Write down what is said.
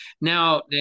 now